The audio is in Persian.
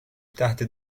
تحت